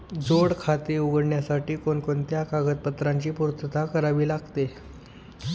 जोड खाते उघडण्याकरिता कोणकोणत्या कागदपत्रांची पूर्तता करावी लागते?